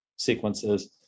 sequences